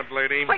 lady